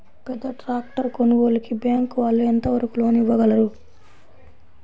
పెద్ద ట్రాక్టర్ కొనుగోలుకి బ్యాంకు వాళ్ళు ఎంత వరకు లోన్ ఇవ్వగలరు?